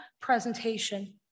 presentation